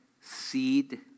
seed